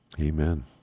Amen